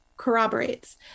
corroborates